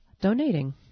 donating